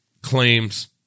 claims